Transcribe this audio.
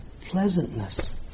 pleasantness